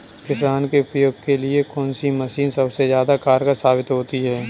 किसान के उपयोग के लिए कौन सी मशीन सबसे ज्यादा कारगर साबित होती है?